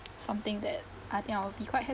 something that I think I will be quite happy